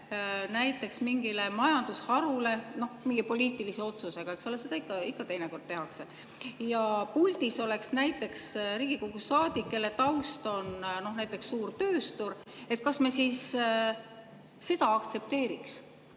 hüve mingile majandusharule mingi poliitilise otsusega – eks ole, seda ikka teinekord tehakse – ja puldis oleks Riigikogu saadik, kelle taust on näiteks suurtööstur, kas me siis seda aktsepteeriks?